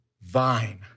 vine